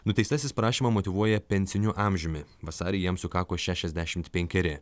nuteistasis prašymą motyvuoja pensiniu amžiumi vasarį jam sukako šešiasdešimt penkeri